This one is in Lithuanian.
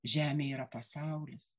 žemė yra pasaulis